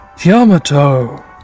Yamato